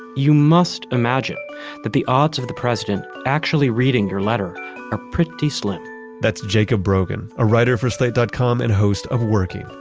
you must imagine that the odds of the president actually reading your letter are pretty slim that's jacob brogan, a writer for slate dot com and host of working,